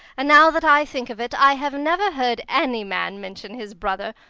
and now that i think of it i have never heard any man mention his brother.